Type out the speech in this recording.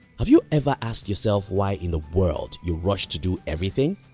have you ever asked yourself why in the world you rush to do everything?